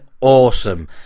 awesome